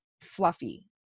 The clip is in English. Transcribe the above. fluffy